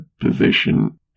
position